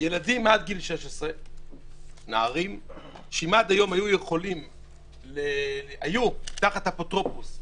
ילדים מעל גיל 16 שהיו עד היום תחת אפוטרופוס במלוניות,